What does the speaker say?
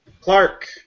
Clark